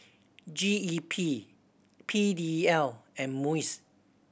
G E P P D L and MUIS